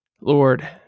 Lord